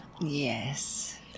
Yes